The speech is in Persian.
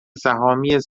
سهامی